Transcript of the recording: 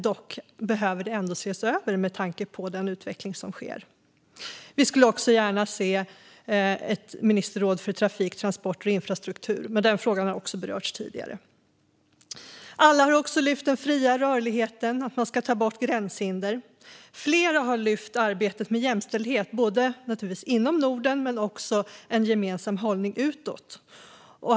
Dock behöver det ändå ses över, med tanke på den utveckling som sker. Vi skulle också gärna se ett ministerråd för trafik, transporter och infrastruktur. Men den frågan hr också berörts tidigare. Alla har också lyft upp den fria rörligheten och att man ska ta bort gränshinder. Flera har lyft upp arbetet med jämställdhet inom Norden men också en gemensam hållning utåt.